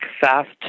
fast